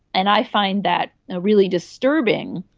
and i find that really disturbing,